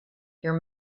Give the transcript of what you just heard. your